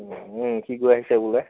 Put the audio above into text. সি গৈ আহিছে বোলে